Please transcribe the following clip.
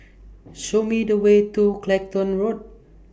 Show Me The Way to Clacton Road